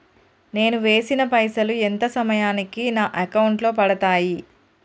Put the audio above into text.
నేను వేసిన పైసలు ఎంత సమయానికి నా అకౌంట్ లో పడతాయి?